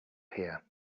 here